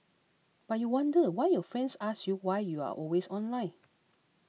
but you wonder why your friends ask you why you are always online